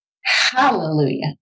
Hallelujah